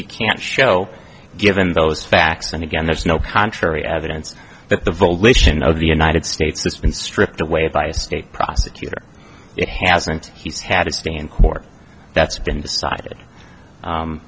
he can't show given those facts and again there's no contrary evidence that the volition of the united states that's been stripped away by a state prosecutor it hasn't he's had a stand court that's been decided